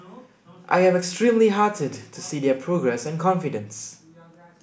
I am extremely heartened to see their progress and confidence